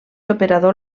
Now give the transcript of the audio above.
operador